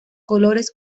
colores